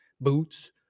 boots